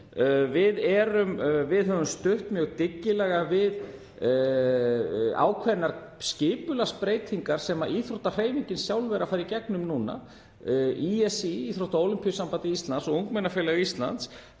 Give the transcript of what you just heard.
Við höfum stutt mjög dyggilega við ákveðnar skipulagsbreytingar sem íþróttahreyfingin sjálf er að fara í gegnum núna. Íþrótta- og Ólympíusamband Íslands og Ungmennafélag Íslands